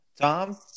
tom